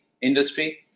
industry